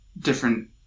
different